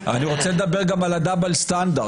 אני רוצה לדבר גם על הדאבל סטנדרט.